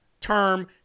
term